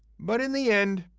but in the end,